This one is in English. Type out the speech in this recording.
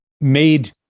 made